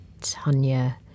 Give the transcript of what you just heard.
Tanya